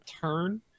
turn